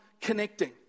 connecting